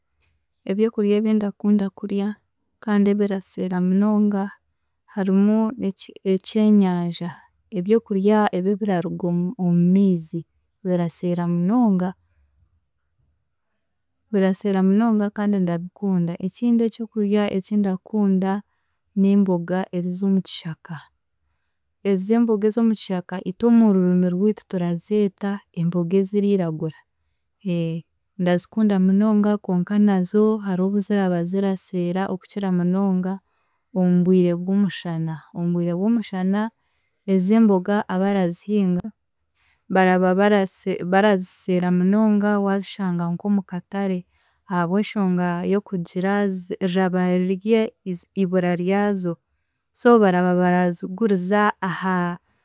Ebyokurya ebindakunda kurya kandi ebiraseera munonga, harimu ekye ekyenyanja, ebyokurya ebi- ebiraruga omu omu miizi biraseera munonga. Biraseera munonga kandi ndabikunda. Ekindi ekyokurya ekindakunda n'emboga ez'omukishaka. Ez'emboga ez'omukishka itwe omu rurimi rwitu turazeeta emboga eziriiragura. Ndazikunda munonga koka nazo hariho obu ziraba ziraseera okukira munonga omu bwire bw'omushana, omu bwire bw'omushana ez'emboga abarazihinga baraba barase baraziseera munonga waasanga nk'omu katare, ahabw'enshonga y'okugira zi- eraba rirye ezi- ibura ryazo so baraba baraziguriza aha